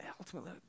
ultimately